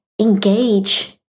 engage